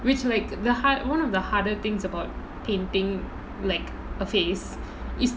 which like the hard one of the harder things about painting like a face is